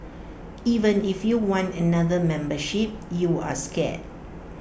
even if you want another membership you're scared